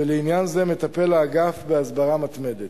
ובעניין זה מטפל האגף, בהסברה מתמדת.